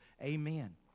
Amen